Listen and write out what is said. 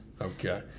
Okay